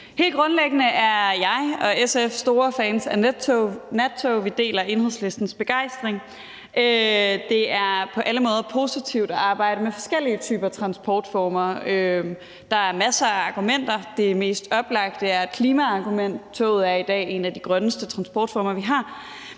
Helt grundlæggende er jeg og SF store fans af nattog. Vi deler Enhedslistens begejstring. Det er på alle måder positivt at arbejde med forskellige typer af transportformer. Der er masser af argumenter for det. Det mest oplagte er klimaargumentet, hvor toget i dag er en af de grønneste transportformer, vi har,